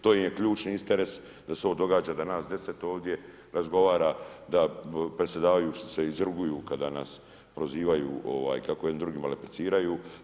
To im je ključni interes da se ovo događa, da nas 10 ovdje razgovara, da predsjedavajući se izruguju kada nas prozivaju kako jedni drugima repliciraju.